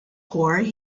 corps